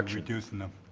reducing them.